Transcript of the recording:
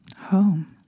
home